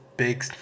Big